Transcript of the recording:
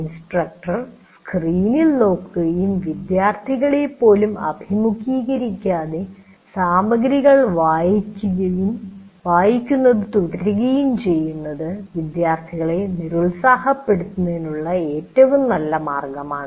instructor സ്ക്രീനിൽ നോക്കുകയും വിദ്യാർത്ഥികളെ പോലും അഭിമുഖീകരിക്കാതെ സാമഗ്രികൾ വായിക്കുന്നത് തുടരുകയും ചെയ്യുന്നത് വിദ്യാർത്ഥികളെ നിരുത്സാഹപ്പെടുത്തുന്നതിനുള്ള ഏറ്റവും നല്ല മാർഗമാണ്